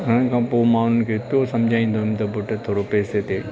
हुन खां पोइ मां हुननि खे एतिरो सम्झाईंदो हुउमि त पुटु थोरो पैसे ते